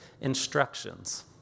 instructions